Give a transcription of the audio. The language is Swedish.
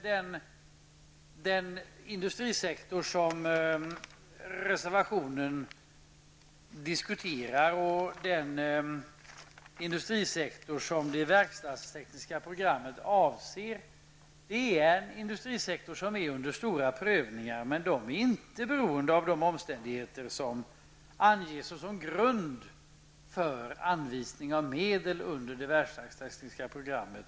Den industrisektor som diskuteras i reservationen och som det verkstadstekniska programmet avser är en sektor som undergår stora prövningar, men dessa beror inte på de omständigheter som anges som grund för anvisning av medel under det verkstadstekniska programmet.